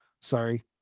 Sorry